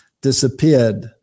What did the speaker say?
disappeared